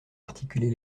articuler